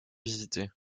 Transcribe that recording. visitée